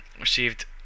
received